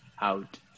Out